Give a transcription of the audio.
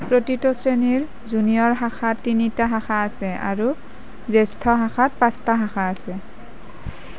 প্ৰতিটো শ্ৰেণীৰ জুনিয়ৰ শাখাত তিনিটা শাখা আছে আৰু জ্যেষ্ঠ শাখাত পাঁচটা শাখা আছে